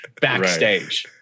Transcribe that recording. backstage